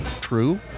true